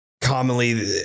commonly